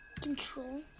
Control